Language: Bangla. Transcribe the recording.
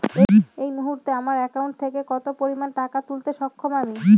এই মুহূর্তে আমার একাউন্ট থেকে কত পরিমান টাকা তুলতে সক্ষম আমি?